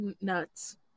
nuts